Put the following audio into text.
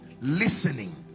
listening